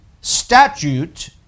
statute